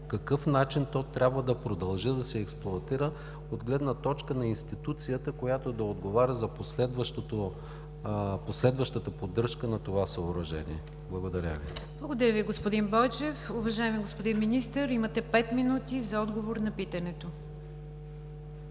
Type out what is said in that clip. какъв начин то трябва да продължи да се експлоатира от гледна точка на институцията, която да отговаря за последващата поддръжка на това съоръжение? Благодаря Ви. ПРЕДСЕДАТЕЛ НИГЯР ДЖАФЕР: Благодаря Ви, господин Бойчев. Уважаеми господин Министър, имате пет минути за отговор на питането. МИНИСТЪР